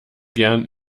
gern